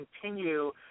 continue